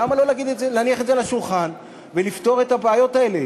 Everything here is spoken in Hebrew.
למה לא להניח את זה על השולחן ולפתור את הבעיות האלה?